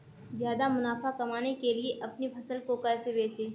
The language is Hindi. ज्यादा मुनाफा कमाने के लिए अपनी फसल को कैसे बेचें?